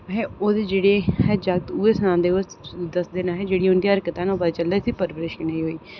ओह् जेह्ड़े जागत उ'ऐ सनांदे ते उं'दे परा पता चलदा कि उं'दी परवरिश कनेही होई